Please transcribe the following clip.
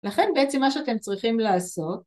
לכן בעצם מה שאתם צריכים לעשות